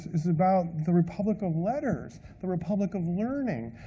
is about the republic of letters, the republic of learning.